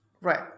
right